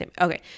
okay